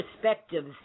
perspectives